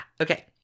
okay